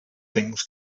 things